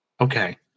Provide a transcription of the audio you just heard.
Okay